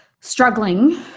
struggling